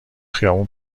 خیابون